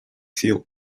сил